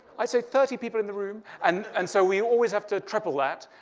i see thirty people in the room, and and so we always have to triple that.